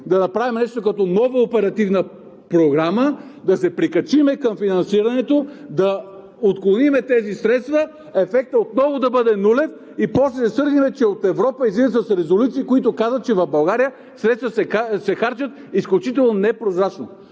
да направим нещо като нова оперативна програма, да се прикачим към финансирането, да отклоним тези средства, ефектът отново да бъде нулев и после да се сърдим, че от Европа излизат с резолюции, които казват, че в България средствата се харчат изключително непрозрачно!